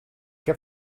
heb